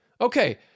okay